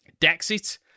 Dexit